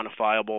quantifiable